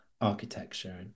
architecture